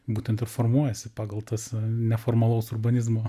būtent ir formuojasi pagal tas neformalaus urbanizmo